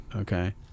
Okay